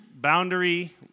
Boundary